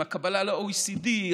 הקבלה ל-OECD,